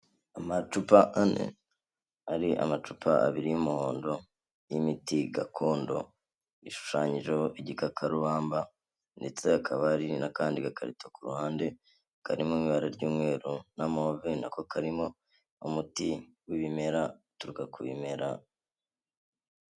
Amacupa ane, hari amacupa abiri y'umuhondo y'imiti gakondo ishushanyijeho igikakarubamba ndetse hakaba hari n'akandi gakarita ku ruhande kari mu ibara ry'umweru na move, na ko karimo umuti w'ibimera uturuka ku bimera.